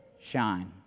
shine